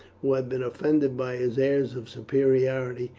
who had been offended by his airs of superiority,